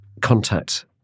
contact